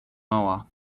mower